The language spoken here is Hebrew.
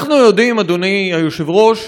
אנחנו יודעים, אדוני היושב-ראש,